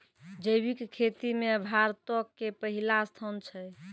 जैविक खेती मे भारतो के पहिला स्थान छै